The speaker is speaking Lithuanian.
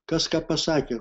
kas ką pasakė